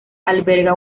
alberga